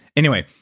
anyway,